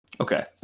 Okay